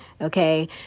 okay